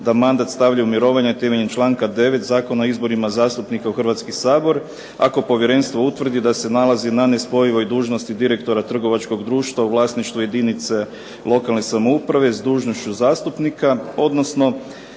da mandat stavlja u mirovanje temeljem članka 9. Zakona o izborima zastupnika u Hrvatski sabor, ako povjerenstvo utvrdi da se nalazi na nespojivoj dužnosti direktora trgovačkog društva u vlasništvu jedinice lokalne samouprave s dužnošću zastupnika, odnosno